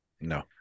No